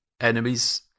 enemies